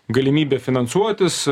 galimybę finansuotis